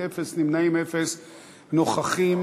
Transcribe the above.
לדיון מוקדם בוועדת הכנסת נתקבלה.